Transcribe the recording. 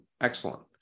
Excellent